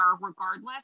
regardless